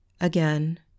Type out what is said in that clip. again